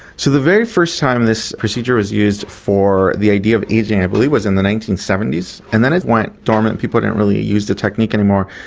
so the very first time this procedure was used for the idea of ageing i believe was in the nineteen seventy s, and then it went dormant and people didn't really use the technique anymore.